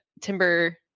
Timber